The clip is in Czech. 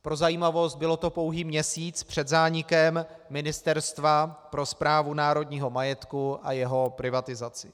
Pro zajímavost, bylo to pouhý měsíc před zánikem Ministerstva pro správu národního majetku a jeho privatizaci.